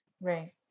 Right